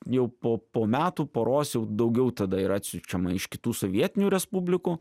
jau po po metų poros jau daugiau tada yra atsiunčiama iš kitų sovietinių respublikų